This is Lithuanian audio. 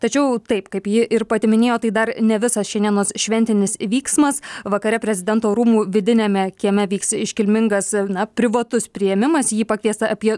tačiau taip kaip ji ir pati minėjo tai dar ne visas šiandienos šventinis vyksmas vakare prezidento rūmų vidiniame kieme vyks iškilmingas na privatus priėmimas į jį pakviesta apie